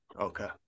Okay